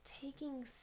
taking